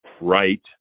right